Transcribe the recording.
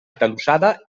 atalussada